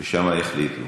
ושם יחליטו.